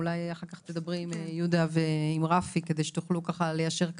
אחר כך תדברי עם יהודה ועם רפי כדי שתוכלו ליישר קו,